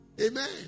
Amen